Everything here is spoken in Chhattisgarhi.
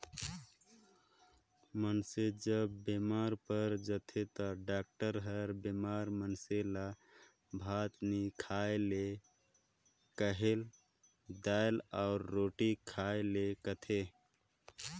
मइनसे जब बेमार पइर जाथे ता डॉक्टर हर बेमार मइनसे ल भात नी खाए ले कहेल, दाएल अउ रोटी खाए ले कहथे